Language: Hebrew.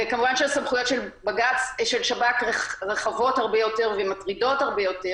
וכמובן שהסמכויות של שב"כ רחבות הרבה יותר ומטרידות הרבה יותר.